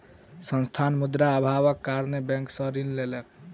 संस्थान, मुद्रा अभावक कारणेँ बैंक सॅ ऋण लेलकै